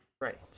Right